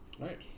Right